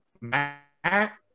Matt